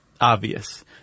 obvious